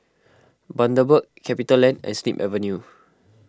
Bundaberg CapitaLand and Snip Avenue